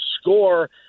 score